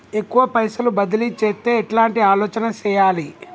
ఎక్కువ పైసలు బదిలీ చేత్తే ఎట్లాంటి ఆలోచన సేయాలి?